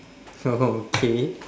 oh okay